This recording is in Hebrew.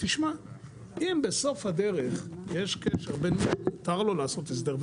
אם בסוף הדרך מותר לו לעשות הסדר,